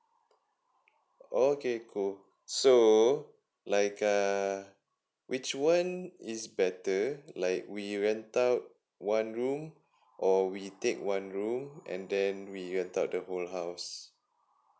oh okay cool so like uh which one is better like we rent out one room or we take one room and then we rent out the whole house